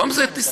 במקום זה תסתכל,